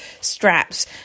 straps